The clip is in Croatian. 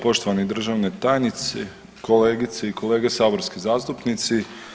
Poštovani državni tajnici, kolegice i kolege saborski zastupnici.